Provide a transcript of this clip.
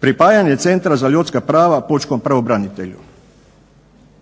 pripajanje centra za ljudska prava pučkom pravobranitelju.